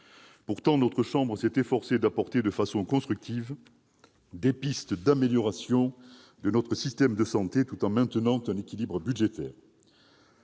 Pourtant, notre chambre s'est efforcée d'apporter, de façon constructive, des pistes d'amélioration de notre système de santé, tout en maintenant un équilibre budgétaire.